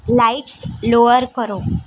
lights lower કરો